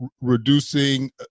reducing